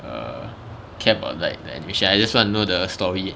err care about like the animation I just want to know the story